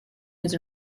his